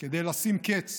כדי לשים קץ